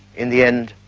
in the end,